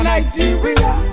Nigeria